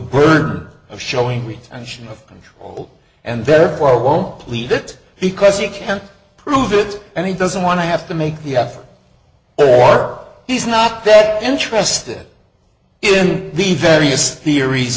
bird of showing retention of control and therefore won't plead it because he can't prove it and he doesn't want to have to make the offer or he's not that interested in the various theories